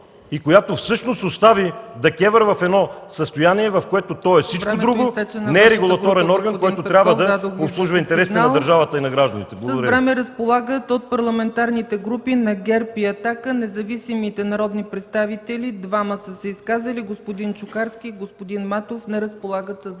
и която всъщност остави ДКЕВР в състояние, в което той е всичко друго, но не и регулаторен орган, който трябва да обслужва интересите на държавата и на гражданите. Благодаря.